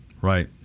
Right